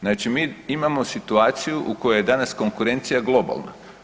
Znači mi imamo situaciju u kojoj je danas konkurencija globalna.